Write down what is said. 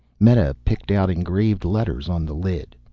meta picked out engraved letters on the lid.